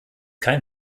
kein